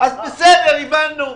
אז בסדר, הבנו.